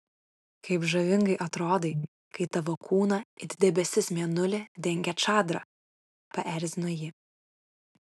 kaip žavingai atrodai kai tavo kūną it debesis mėnulį dengia čadra paerzino ji